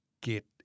get